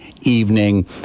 evening